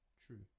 True